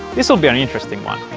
this will be an interesting one!